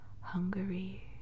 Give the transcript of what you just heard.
Hungary